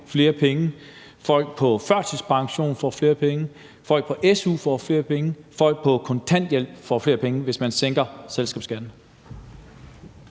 flere penge, folk på førtidspension får flere penge, folk på su får flere penge, folk på kontanthjælp får flere penge, altså hvis man sænker selskabsskatten?